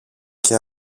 και